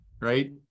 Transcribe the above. Right